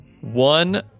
one